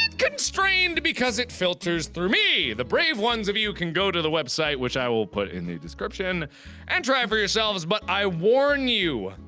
constrained because it filters through me, the brave ones of you can go to the website which i will put in the description and try for yourselves but i warn you!